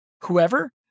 whoever